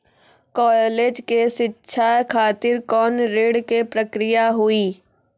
College के शिक्षा खातिर कौन ऋण के प्रक्रिया हुई?